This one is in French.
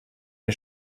les